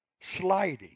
sliding